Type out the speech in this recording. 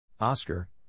Oscar